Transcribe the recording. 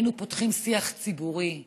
היינו פותחים שיח ציבורי פתוח,